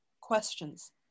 questions